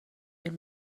این